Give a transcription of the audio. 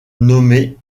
nommée